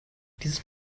dieses